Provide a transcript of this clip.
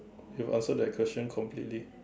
you have answered that question completely